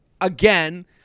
Again